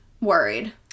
worried